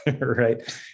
right